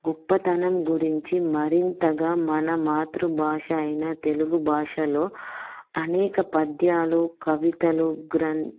గొప్పతనం గురించి మరింతగా మన మాతృభాష అయిన తెలుగు భాషలో అనేక పద్యాలు కవితలు గ్రం